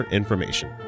information